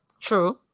True